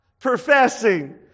professing